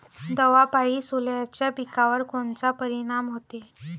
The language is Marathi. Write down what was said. दवापायी सोल्याच्या पिकावर कोनचा परिनाम व्हते?